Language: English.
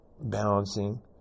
Balancing